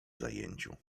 zajęciu